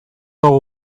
dugu